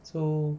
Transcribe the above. so